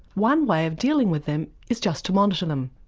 one way of dealing with them is just to monitor them.